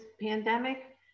pandemic